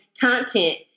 content